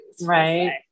Right